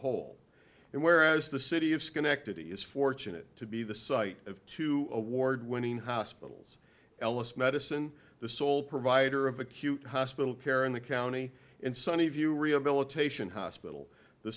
and whereas the city of schenectady is fortunate to be the site of two award winning hospitals ellis medicine the sole provider of acute hospital care in the county and sunny view rehabilitation hospital the